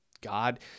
God